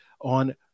on